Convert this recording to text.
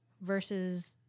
versus